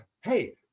Hey